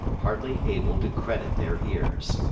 hardly able to credit their ears.